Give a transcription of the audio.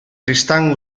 tristán